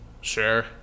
sure